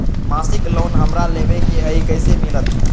मासिक लोन हमरा लेवे के हई कैसे मिलत?